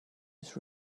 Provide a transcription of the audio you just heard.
was